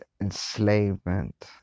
enslavement